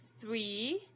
three